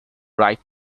right